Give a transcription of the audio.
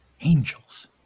angels